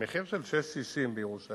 המחיר של 6.60 בירושלים,